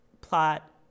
Plot